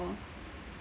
for